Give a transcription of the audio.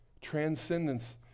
Transcendence